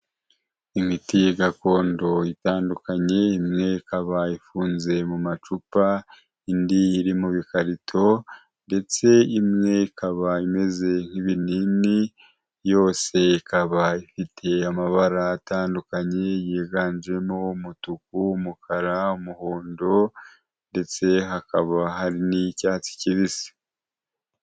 Imiti gakondo itandukanye, imwe ikaba ifunze mu macupa indi iri mu bikarito ndetse imwe ikaba imeze nk'ibinini, yose ikaba ifite amabara atandukanye yiganjemo umutuku, umukara, umuhondo ndetse hakaba hari n'iy'icyatsi kibisi.